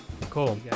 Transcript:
Cool